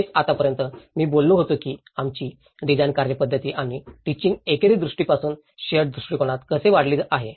हेच आतापर्यंत मी बोलत होतो की आमची डिजाइन कार्यपद्धती आणि टीचिंग एकेरी दृष्टीपासून शेअर्ड दृष्टिकोनात कसे वाढले आहे